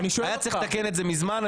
היה צריך לתקן את זה מזמן,